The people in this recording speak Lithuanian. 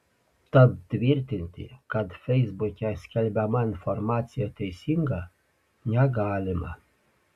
tad tvirtinti kad feisbuke skelbiama informacija teisinga negalima